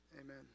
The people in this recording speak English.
amen